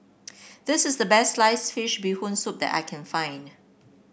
this is the best slice fish Bee Hoon Soup that I can find